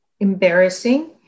embarrassing